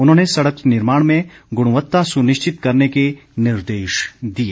उन्होंने सड़क निर्माण में गुणवत्ता सुनिश्चित करने को निर्देश दिए